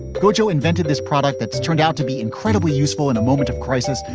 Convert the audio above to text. gojo invented this product that's turned out to be incredibly useful in a moment of crisis,